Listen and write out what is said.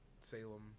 Salem